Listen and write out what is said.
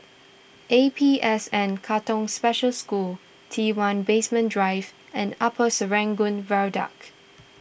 A P S N Katong Special School T one Basement Drive and Upper Serangoon Viaduct